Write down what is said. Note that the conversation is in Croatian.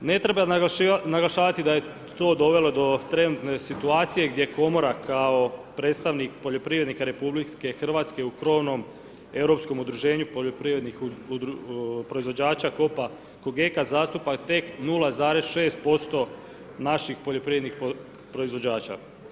Ne treba naglašavati da je to dovelo do trenutne situacije gdje komora kao predstavnik poljoprivrednika RH u krovnom europskom udruženju poljoprivrednih proizvođača COPA-cogeca zastupa tek 0,6% naših poljoprivrednih proizvođača.